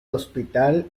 hospital